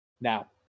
Now